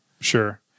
Sure